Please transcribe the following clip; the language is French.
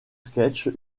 sketchs